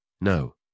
No